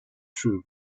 true